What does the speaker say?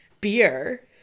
beer